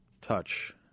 touch